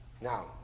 Now